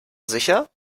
sicher